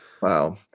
Wow